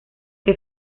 que